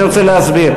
אני רוצה להסביר.